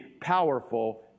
powerful